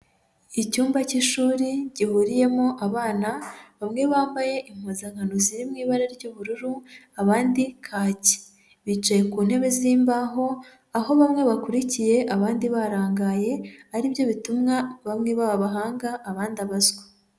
Icyumba cy'ishuri gihuriyemo abana bamwe bambaye impuzankano ziri mu ibara ry'ubururu, abandi kaki, bicaye ku ntebe z'imbaho aho bamwe bakurikiye, abandi barangaye aribyo bituma bamwe baba abahanga abandi abaswa.